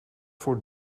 voor